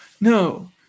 No